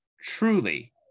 truly